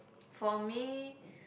for me